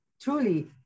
Truly